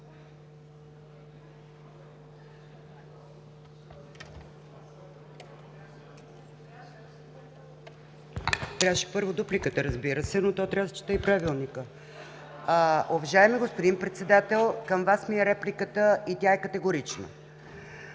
Трябваше, първо, дупликата, разбира се, но то трябва да се чете и Правилникът. Уважаеми господин Председател, към Вас ми е репликата и тя е категорична!